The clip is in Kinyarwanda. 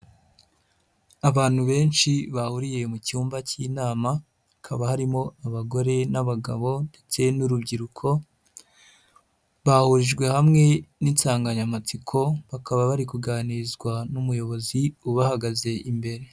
Abantu benshi bahuriye mu cyumba cy'inama, hakaba harimo abagore n'abagabo ndetse n'urubyiruko, bahurijwe hamwe n'insanganyamatsiko bakaba bari kuganirizwa n'umuyobozi ubahagaze imbere.